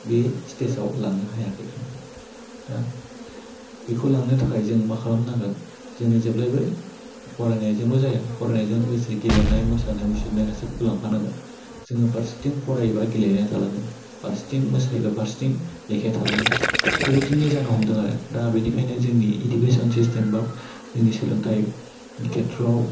बे स्टेसाव लांनो हायाखै दा बेखौ लांनो थाखाइ जों मा खालामनांगोन जोङो जेब्लायबो फरायनाइजोंल' जाया फरायनाइजों लोगोसे गेलेनाय मोसानाय मुसुरनाय गासैखौबो लांफानांगोन जोङो फरसेथिं फरायोबा गेलेनाया थालाङो फारसेथिं मोसायोबा फारसेथिं लेखाया थालाङो बेबायदिनो जानो हमदों आरो दा बिनिखाइनो जोंनि इदुकेसन सिस्टेम बा जोंनि सोलोंथाइ खेथ्रयाव